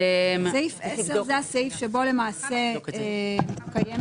הסעיף שבו למעשה קיים